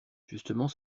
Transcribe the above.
justement